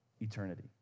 eternity